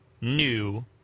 new